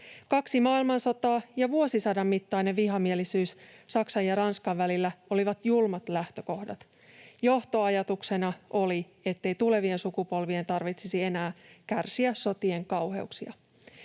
Kaksi maailmansotaa ja vuosisadan mittainen vihamielisyys Saksan ja Ranskan välillä olivat julmat lähtökohdat. Johtoajatuksena oli, ettei tulevien sukupolvien tarvitsisi enää kärsiä sotien kauheuksia.